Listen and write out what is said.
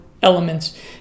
elements